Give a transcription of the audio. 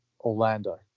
Orlando